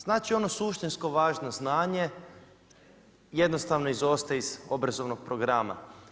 Znači ono suštinsko važno znanje jednostavno izostaje iz obrazovnog programa.